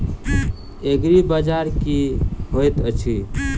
एग्रीबाजार की होइत अछि?